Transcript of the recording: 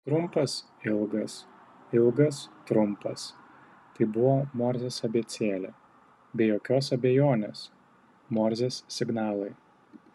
trumpas ilgas ilgas trumpas tai buvo morzės abėcėlė be jokios abejonės morzės signalai